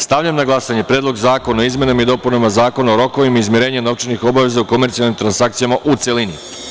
Stavljam na glasanje Predlog zakona o izmenama i dopunama Zakona o rokovima izmirenja novčanih obaveza u komercijalnim transakcijama, u celini.